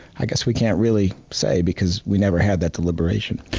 i guess we can't really say because we never had that deliberation.